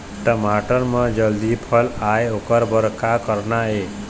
टमाटर म जल्दी फल आय ओकर बर का करना ये?